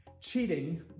cheating